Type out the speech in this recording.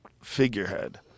figurehead